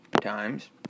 times